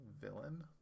villain